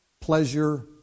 pleasure